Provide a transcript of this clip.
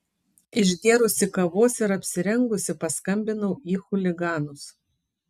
išgėrusi kavos ir apsirengusi paskambinau į chuliganus